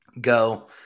Go